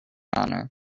honor